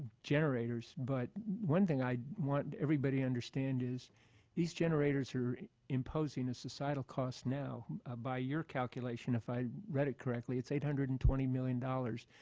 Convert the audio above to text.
generators, but one thing i want everybody understand is these generators are imposing a societal cause now ah by your calculation. if i read it correctly, it's eight hundred and twenty million dollars.